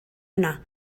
yna